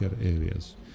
areas